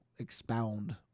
expound